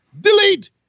Delete